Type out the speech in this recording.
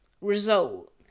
result